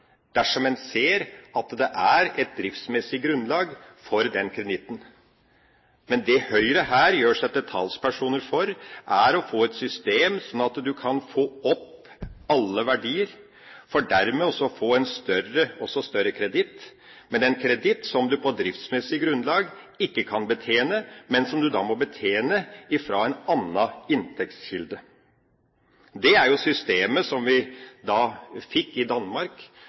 dersom de ser at det er et driftsmessig grunnlag for den. Det Høyre her gjør seg til talspersoner for, er å få et sånt system at en kan få opp alle verdier, for dermed også å få en større kreditt – en kreditt som en på driftsmessig grunnlag ikke kan betjene, men som en da må betjene fra en annen inntektskilde. Det er jo systemet som en fikk i Danmark,